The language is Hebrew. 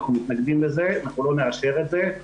אנחנו מתנגדים לזה ואנחנו לא נאשר את זה.